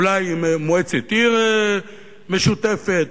אולי מועצת עיר משותפת,